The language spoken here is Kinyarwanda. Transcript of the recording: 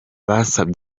ababishaka